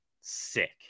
Sick